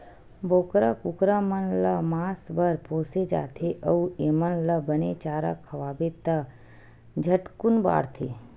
बोकरा, कुकरा मन ल मांस बर पोसे जाथे अउ एमन ल बने चारा खवाबे त झटकुन बाड़थे